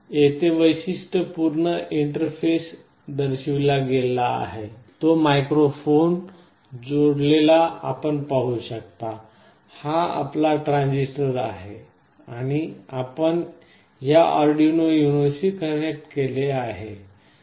येथे वैशिष्ट्यपूर्ण इंटरफेस दर्शविला गेला आहे तेथे मायक्रो फोन जोडलेला आपण पाहू शकता हा आपला ट्रान्झिस्टर आहे आणि आपण या Arduino UNO शी कनेक्शन केले आहे